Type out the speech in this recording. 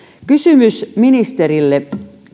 kysymys ministerille